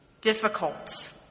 Difficult